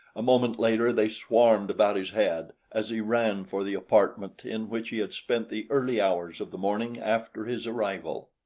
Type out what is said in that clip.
a moment later they swarmed about his head as he ran for the apartment in which he had spent the early hours of the morning after his arrival.